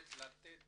באמת לתת